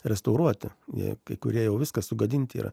restauruoti kai kurie jau viskas sugadinti yra